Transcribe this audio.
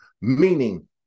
meaning